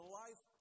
life